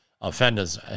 Offenders